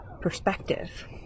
perspective